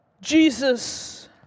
Jesus